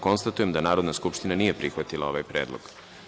Konstatujem da Narodna skupština nije prihvatila ovaj Predlog.